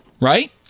Right